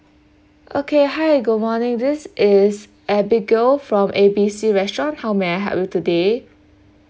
okay hi good morning this is abigail from A B C restaurant how may I help you today